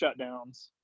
shutdowns